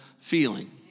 feeling